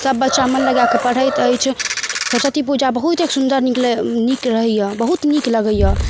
सब बच्चा मन लगाए कऽ पढ़ैत अछि सरस्वती पूजा बहुतेक सुन्दर नीक रहैए बहुत नीक लगैए